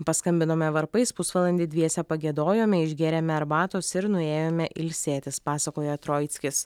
paskambinome varpais pusvalandį dviese pagiedojome išgėrėme arbatos ir nuėjome ilsėtis pasakoja troickis